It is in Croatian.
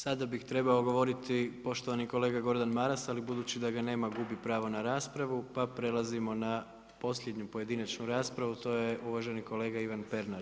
Sada bi trebao govoriti poštovani kolega Gordan Maras, ali budući da ga nema gubi pravo na raspravu pa prelazimo na posljednju pojedinačnu raspravu to je uvaženi kolega Ivan Pernar.